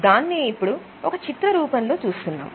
దాన్నే ఇప్పుడు ఒక చిత్రం రూపంలో చూస్తున్నాం